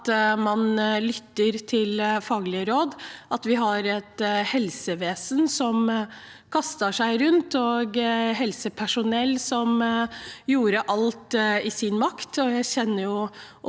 at man lytter til faglige råd, at vi har et helsevesen som kastet seg rundt, og helsepersonell som gjorde alt i sin makt.